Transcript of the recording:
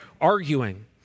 arguing